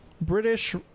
British